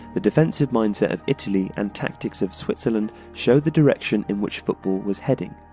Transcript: the defensive mind-set of italy and tactics of switzerland showed the direction in which football was heading,